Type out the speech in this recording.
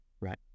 Right